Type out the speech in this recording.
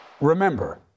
Remember